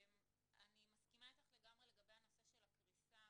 אני מסכימה איתך לגמרי לגבי הנושא של הפריסה,